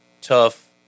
tough